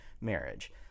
Marriage